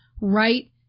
right